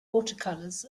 watercolors